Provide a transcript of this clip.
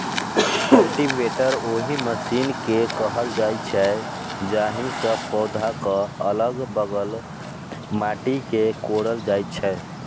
cultivator ओहि मशीन कें कहल जाइ छै, जाहि सं पौधाक अलग बगल माटि कें कोड़ल जाइ छै